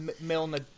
Milner